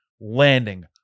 landing